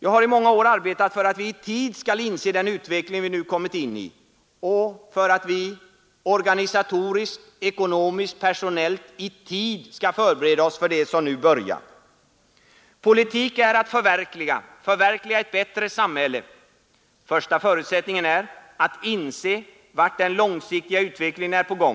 Jag har i många år arbetat för att vi i tid skall inse den utveckling som vi kommit in i och för att vi organisatoriskt, ekonomiskt och personellt i tid skall förbereda oss för det som nu börjar. Politik är att förverkliga ett bättre samhälle. Första förutsättningen är att inse vart den långsiktiga utvecklingen är på väg.